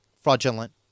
fraudulent